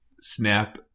snap